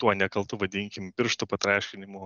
tuo nekaltu vadinkim pirštų patraškinimu